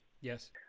Yes